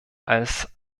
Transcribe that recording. als